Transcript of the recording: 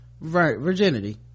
virginity